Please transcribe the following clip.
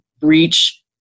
Breach